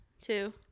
two